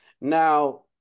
Now